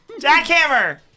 Jackhammer